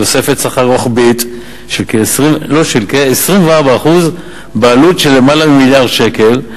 תוספת שכר רוחבית של 24% בעלות של למעלה ממיליארד שקל,